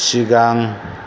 सिगां